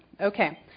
Okay